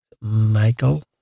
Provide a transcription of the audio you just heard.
Michael